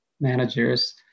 managers